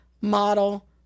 model